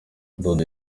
daddy